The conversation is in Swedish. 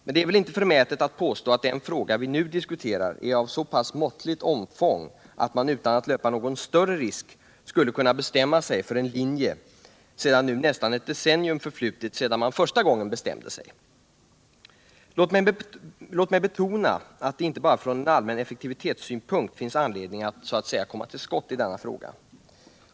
Men det är väl inte förmätet att påstå att den fråga vi nu diskuterar är av så pass måttligt omfång att man utan att löpa någon större risk skulle kunna bestämma sig för en linje, då nu nästan ett decennium förflutit sedan man första gången bestämde sig. Låt mig betona att det inte bara från en allmän effektivitetssynpunkt finns anledning att så att säga komma till skott i denna fråga.